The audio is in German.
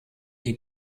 die